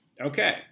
Okay